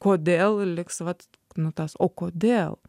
kodėl liks vat nu tas o kodėl